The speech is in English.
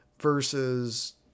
versus